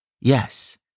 Yes